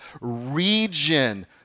region